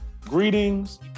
Greetings